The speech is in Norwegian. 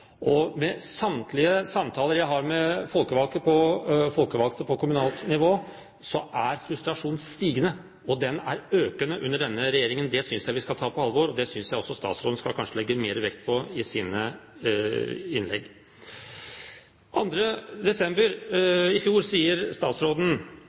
samtlige samtaler jeg har med folkevalgte på kommunalt nivå, er frustrasjonen stigende – den er økende under denne regjeringen. Det synes jeg vi skal ta på alvor. Det synes jeg også statsråden kanskje skal legge mer vekt på i sine innlegg. Den 2. desember